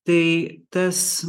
tai tas